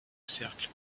cercle